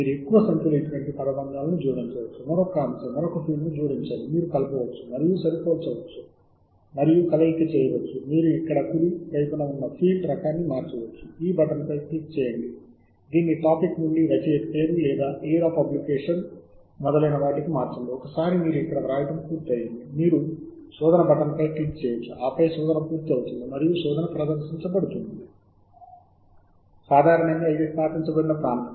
మీరు నిజంగా బహుళ ఫీల్డ్లను కలిగి ఉండవచ్చు మరియు మీరు జోడించవచ్చు ఇక్కడ ప్లస్ బటన్ను ఉపయోగించడం ద్వారా అదనపు ఫీల్డ్లు మరియు మీరు మీ శోధనలను మిళితం చేయవచ్చు OR లేదా AND ఉపయోగించి క్షేత్రాలను గుణించండి నేను మీకు సలహా ఇస్తాను ఎందుకంటే మీరు యూనియన్ పొందవచ్చు అన్ని విభిన్న ఫలితాలలో